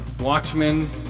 Watchmen